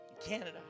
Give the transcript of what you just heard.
Canada